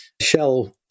Shell